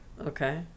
Okay